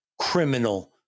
criminal